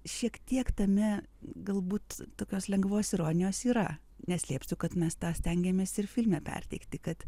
šiek tiek tame galbūt tokios lengvos ironijos yra neslėpsiu kad mes tą stengėmės ir filme perteikti kad